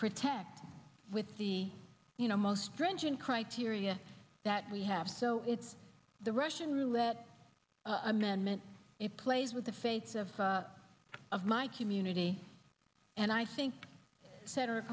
protected with the you know most stringent criteria that we have so it's the russian roulette amendment it plays with the fates of of my community and i think cetera